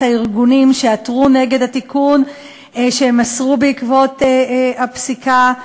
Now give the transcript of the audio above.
הארגונים שעתרו נגד התיקון שהם מסרו בעקבות הפסיקה.